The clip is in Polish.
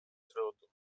trudu